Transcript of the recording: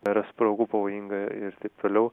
per sprogu pavojinga ir taip toliau